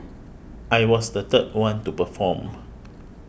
I was the third one to perform